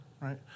right